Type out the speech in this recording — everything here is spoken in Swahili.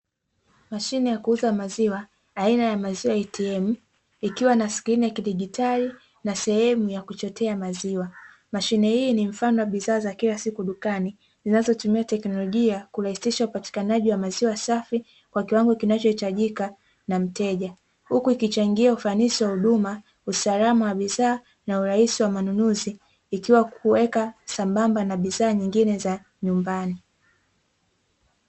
Mashine ya kuuza maziwa aina ya maziwa "ATM", ikiwa na skrini ya kidigitali na sehemu ya kuchotea maziwa. Mashine hii ni mfano wa bidhaa za kila siku dukani, zinazotumia teknolojia kurahisisha upatikanaji wa maziwa safi kwa kiwangio kinachohitajika na mteja. Huku ikichangia ufanisi wa huduma, usalama wa bidhaa na urahisi wa manunuzi, ikiwa kuweka sambamba na bidhaa nyingine za nyumbani.